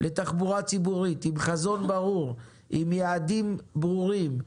לתחבורה ציבורית, עם חזון ברור, עם יעדים ברורים,